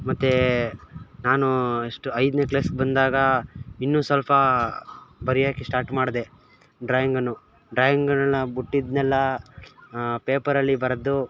ಮತ್ತು ನಾನು ಎಷ್ಟು ಐದನೇ ಕ್ಲಾಸಿಗೆ ಬಂದಾಗ ಇನ್ನೂ ಸ್ವಲ್ಪ ಬರೆಯೋಕೆ ಸ್ಟಾಟ್ ಮಾಡಿದೆ ಡ್ರಾಯಿಂಗನ್ನು ಡ್ರಾಯಿಂಗಳನ್ನು ಬಿಟ್ಟಿದ್ನೆಲ್ಲಾ ಪೇಪರಲ್ಲಿ ಬರೆದು